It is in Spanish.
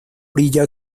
orilla